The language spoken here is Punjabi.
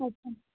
ਅੱਛਾ